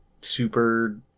super